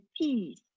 peace